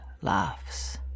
laughs